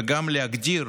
וגם להגדיר